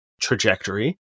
trajectory